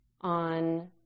on